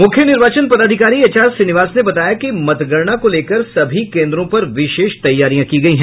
मुख्य निर्वाचन पदाधिकारी एचआर श्रीनिवास ने बताया कि मतगणना को लेकर सभी केन्द्रों पर विशेष तैयारियां की गयी हैं